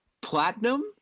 Platinum